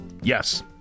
Yes